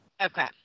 Okay